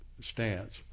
stance